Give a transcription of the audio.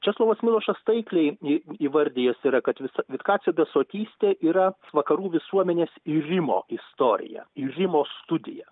česlovas milošas taikliai į įvardijęs yra kad vitkaco besotystė yra vakarų visuomenės irimo istorija irimo studija